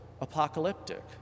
apocalyptic